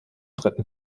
dritten